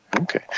Okay